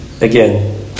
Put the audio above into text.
Again